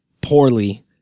poorly